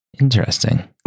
Interesting